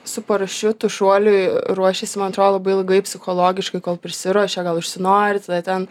su parašiutu šuoliui ruošiasi man atrodo labai ilgai psichologiškai kol prisiruošia gal užsinori tada ten